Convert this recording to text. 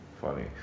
Funny